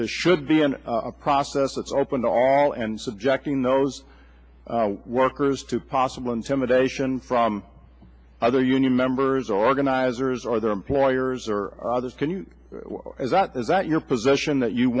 there should be an a process that's open to all and subjecting those workers to possible intimidation from either union members organizers or their employers or others can you that is that your position that you